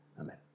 Amen